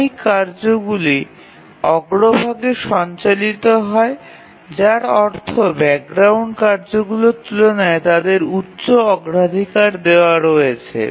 সাময়িক কাজগুলি অগ্রভাগে সঞ্চালিত হয় যার অর্থ ব্যাকগ্রাউন্ড কার্যগুলির তুলনায় তাদের উচ্চ অগ্রাধিকার দেওয়া হয়েছে